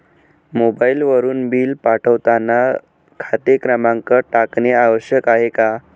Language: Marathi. मोबाईलवरून बिल पाठवताना खाते क्रमांक टाकणे आवश्यक आहे का?